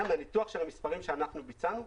בניתוח של המספרים שאנחנו ביצענו,